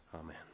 amen